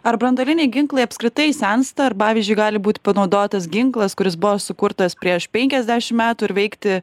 ar branduoliniai ginklai apskritai sensta ar pavyzdžiui gali būt panaudotas ginklas kuris buvo sukurtas prieš penkiasdešim metų ir veikti